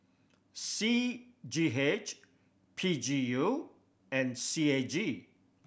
C G H P G U and C A G